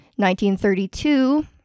1932